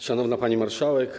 Szanowna Pani Marszałek!